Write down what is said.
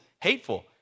hateful